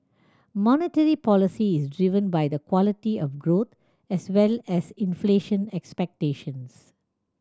monetary policy is driven by the quality of growth as well as inflation expectations